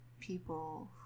people